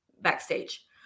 backstage